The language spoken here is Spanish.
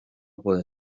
puede